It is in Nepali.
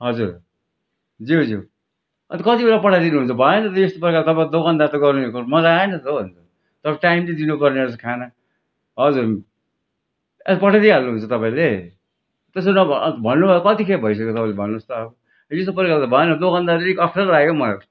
हजुर ज्यू ज्यू अन्त कति बेला पठाइदिनुहुन्छ भएन त यस्तो प्रकार तपाईँ दोकानदार त गर्नेको मजा आएन त हौ अन्त तपाईँ टाइम त दिनुपर्ने रहेछ खाना हजुर ए पठाइ दिइहाल्नुहुन्छ तपाईँले त्यसो नभ भन्नुभएको कतिखेप भइसक्यो तपाईँले भन्नुहोस् त अब यस्तो प्रकारले त भएन दोकानदार अलिक अप्ठ्यारो लाग्यो हौ मलाई